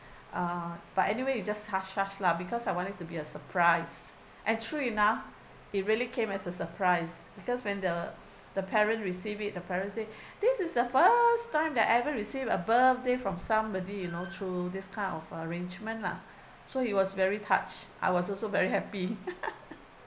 uh but anyway you just hush hush lah because I wanted it to be a surprise and true enough it really came as a surprise because when the the parent receive it the parent say this is the first time that I ever receive a birthday from somebody you know through this kind of arrangement lah so he was very touched I was also very happy